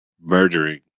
murdering